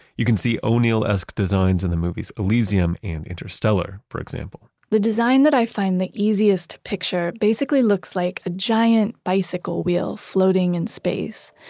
you can see o'neill-esque designs in the movies, elysium and interstellar, for example the design that i find the easiest to picture basically looks like a giant bicycle wheel floating in space.